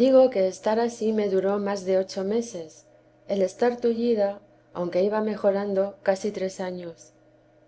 digo que estar ansí me duró más de ocho meses el estar tullida aunque iba mejorando casi tres años